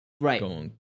right